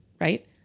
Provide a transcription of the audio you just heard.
right